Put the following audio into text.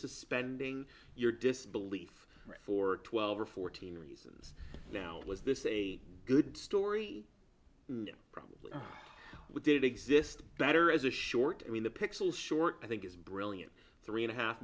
suspending your disbelief for twelve or fourteen reasons now it was this a good story problem with did exist better as a short i mean the pixel short i think is brilliant three and a half